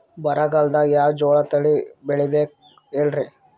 ಬರಗಾಲದಾಗ್ ಯಾವ ಜೋಳ ತಳಿ ಬೆಳಿಬೇಕ ಹೇಳ್ರಿ?